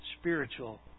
spiritual